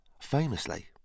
Famously